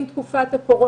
עם תקופת הקורונה,